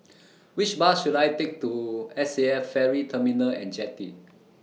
Which Bus should I Take to S A F Ferry Terminal and Jetty